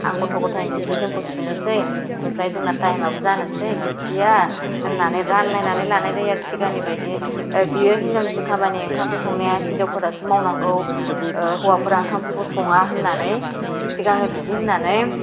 आं गथ' गथाइनि जि जोमखौ सुनोसै ओमफ्राय जोंना थाइम आबो जानोसै दिउथि या होननानै रानलायनानै लानाय जायो आरो सिगांनि बायदि बियो हिन्जावनिसो खामानि ओंखाम ओंख्रि संनाया हिन्जावफोरासो मावनांगौ हौवाफोरा ओंखाम ओंख्रिखौ सङा होननानै सिगाङो बिदि होननानै